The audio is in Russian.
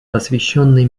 посвященной